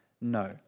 No